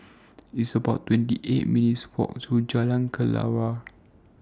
It's about twenty eight minutes' Walk to Jalan Kelawar